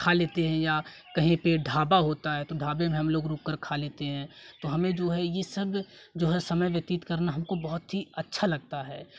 खा लेते हैं या कहीं पे ढाबा होता है तो ढाबे पे हम लोग रुककर खा लेते हैं हमें जो है ये सब जो है समय व्यतीत करना हमको बहुत ही अच्छा लगता है